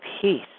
peace